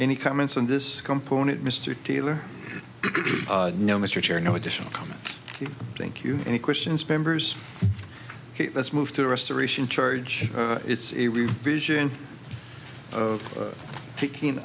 any comments on this component mr taylor no mr chair no additional comments thank you any questions members let's move to the restoration charge it's a real vision of taking